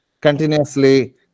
continuously